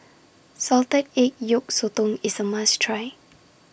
Salted Egg Yolk Sotong IS A must Try